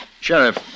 Sheriff